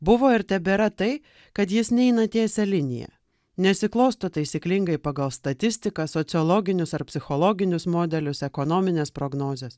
buvo ir tebėra tai kad jis neina tiesia linija nesiklosto taisyklingai pagal statistiką sociologinius ar psichologinius modelius ekonomines prognozes